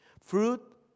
Fruit